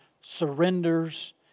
surrenders